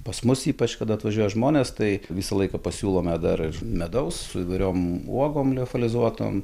pas mus ypač kada atvažiuoja žmonės tai visą laiką pasiūlome dar ir medaus su įvairiom uogom liofilizuotom